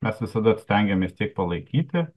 mes visada stengiamės tiek palaikyti